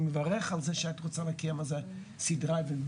אני מברך על זה את רוצה לקיים איזו שהיא סדרה של דיונים,